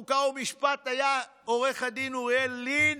חוק ומשפט היה עו"ד אוריאל לין,